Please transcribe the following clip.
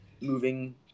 moving